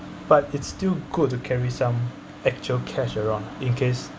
but it's still good to carry some actual cash around in case